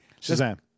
Shazam